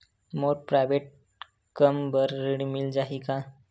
मोर private कम बर ऋण मिल जाही का?